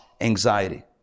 anxiety